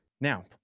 Now